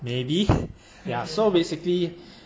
maybe ya so basically